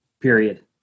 period